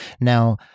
Now